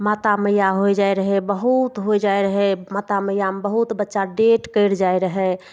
माता मैया होइ जाइ रहय बहुत होइ जाइ रहय माता मैयामे बहुत बच्चा डेथ करि जाइ रहय